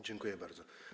Dziękuję bardzo.